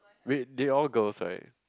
wait they're all girls right